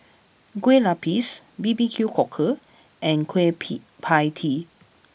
Kueh Lupis B B Q Cockle and Kueh Pie Tee